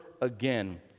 again